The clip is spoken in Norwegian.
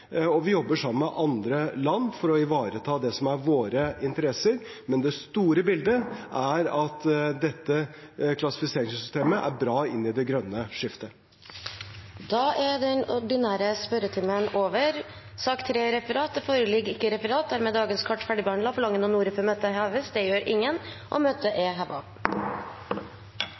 Vi jobber også sammen med andre land for å ivareta våre interesser. Men det store bildet er at dette klassifiseringssystemet er bra inn i det grønne skiftet. Da er den ordinære spørretimen over. Det foreligger ikke noe referat. Dermed er dagens kart ferdigbehandlet. Forlanger noen ordet før møtet heves? – Det gjør ingen, og møtet er